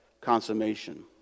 consummation